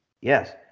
yes